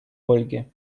ольге